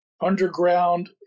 underground